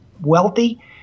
wealthy